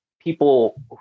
people